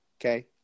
Okay